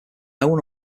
known